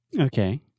Okay